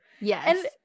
Yes